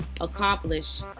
accomplish